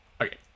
okay